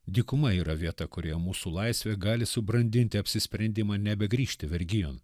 dykuma yra vieta kurioje mūsų laisvė gali subrandinti apsisprendimą nebegrįžti vergijon